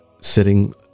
sitting